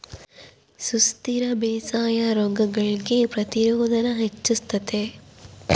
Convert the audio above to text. ಸುಸ್ಥಿರ ಬೇಸಾಯಾ ರೋಗಗುಳ್ಗೆ ಪ್ರತಿರೋಧಾನ ಹೆಚ್ಚಿಸ್ತತೆ